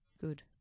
good